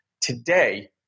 Today